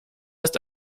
ist